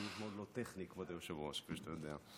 אני מאוד לא טכני, כבוד היושב-ראש, כפי שאתה יודע.